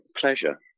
pleasure